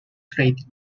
trade